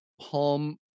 palm